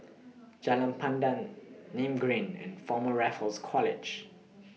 Jalan Pandan Nim Green and Former Raffles College